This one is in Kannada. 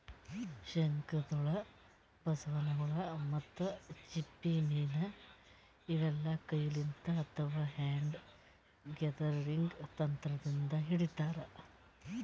ಶಂಕದ್ಹುಳ, ಬಸವನ್ ಹುಳ ಮತ್ತ್ ಚಿಪ್ಪ ಮೀನ್ ಇವೆಲ್ಲಾ ಕೈಲಿಂತ್ ಅಥವಾ ಹ್ಯಾಂಡ್ ಗ್ಯಾದರಿಂಗ್ ತಂತ್ರದಿಂದ್ ಹಿಡಿತಾರ್